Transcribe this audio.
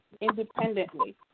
independently